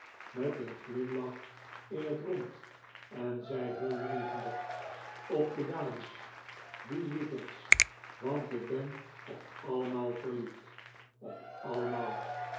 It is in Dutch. met een glimlach in het rond en zei heel levendig op de dames die lieverds want ik ben op allemaal verliefd op allemaal